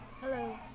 Hello